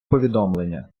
повідомлення